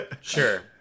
Sure